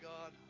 God